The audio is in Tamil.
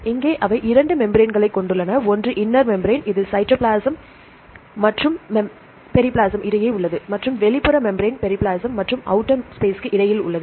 இங்கே அவை இரண்டு மெம்பிரான்களைக் கொண்டுள்ளன ஒன்று இன்னர் மெம்பிரான் இது சைட்டோபிளாசம் மற்றும் பெரிப்ளாசம் இடையே உள்ளது மற்றும் வெளிப்புற மெம்பிரான் பெரிப்ளாசம் மற்றும் அவுட்டர் ஸ்பேஸ்க்கு இடையில் உள்ளது